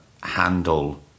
handle